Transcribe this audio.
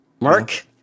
Mark